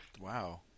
Wow